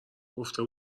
گفته